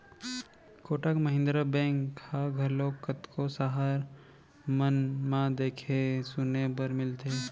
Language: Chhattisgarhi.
कोटक महिन्द्रा बेंक ह घलोक कतको सहर मन म देखे सुने बर मिलथे